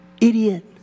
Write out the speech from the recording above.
idiot